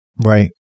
Right